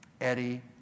Eddie